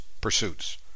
pursuits